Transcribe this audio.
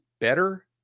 better